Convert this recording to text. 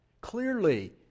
clearly